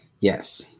Yes